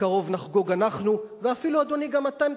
בקרוב נחגוג אנחנו, ואפילו, אדוני, גם אתם תחגגו,